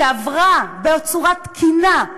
שעברה בצורה תקינה,